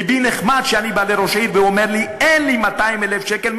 לבי נחמץ כשאני בא לראש עיר והוא אומר לי: אין לי 200,000 שקל.